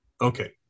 Okay